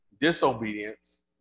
disobedience